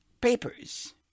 papers